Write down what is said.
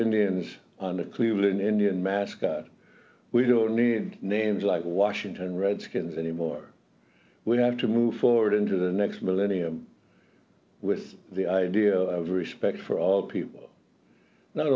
indians on a cleveland indian mascot we don't need names like washington redskins anymore we have to move forward into the next millennium with the idea of respect for all people not